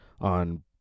on